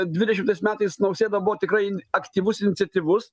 dvidešimtais metais nausėda buvo tikrai in aktyvus iniciatyvus